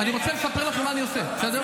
אני רוצה לספר לכם מה אני עושה, בסדר?